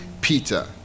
Peter